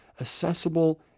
accessible